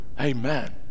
Amen